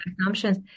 assumptions